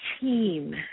team